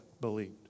believed